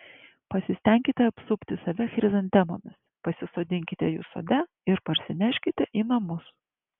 pasistenkite apsupti save chrizantemomis pasisodinkite jų sode ir parsineškite į namus